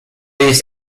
jest